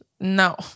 No